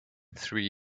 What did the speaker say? three